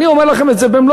אני אומר לכם את זה במלוא